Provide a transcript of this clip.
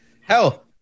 hell